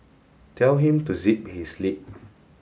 tell him to zip his lip